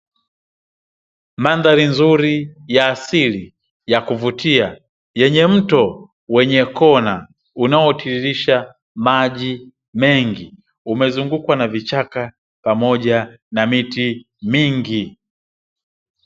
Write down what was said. Mandhari nzuri ya asili ya kuvutia yenye mto wenye kona unaotiririsha maji mengi, umezungukwa na vichaka pamoja na miti mingi.